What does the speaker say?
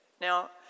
now